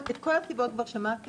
את כל הסיבות כבר שמעתם,